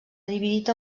dividit